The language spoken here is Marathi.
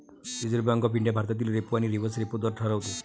रिझर्व्ह बँक ऑफ इंडिया भारतातील रेपो आणि रिव्हर्स रेपो दर ठरवते